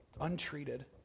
untreated